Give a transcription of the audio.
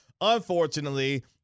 unfortunately